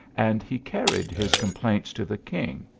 and he carried his complaints to the king.